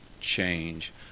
change